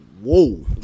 Whoa